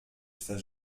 swe